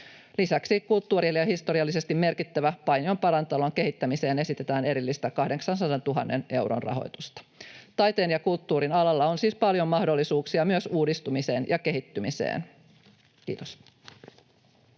Lisäksi kulttuurisesti ja historiallisesti merkittävän Paimion parantolan kehittämiseen esitetään erillistä 800 000 euron rahoitusta. Taiteen ja kulttuurin alalla on siis paljon mahdollisuuksia myös uudistumiseen ja kehittymiseen. — Kiitos.